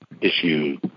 issue